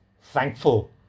thankful